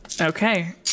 Okay